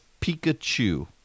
Pikachu